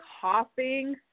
coughing